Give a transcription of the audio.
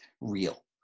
real